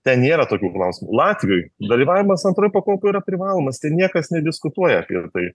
ten nėra tokių klausimų latvijoj dalyvavimas antroj pakopoj yra privalomas ten niekas nediskutuoja apie tai